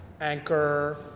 Anchor